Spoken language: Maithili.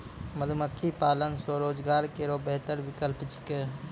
मधुमक्खी पालन स्वरोजगार केरो बेहतर विकल्प छिकै